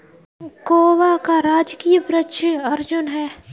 गोवा का राजकीय वृक्ष अर्जुन है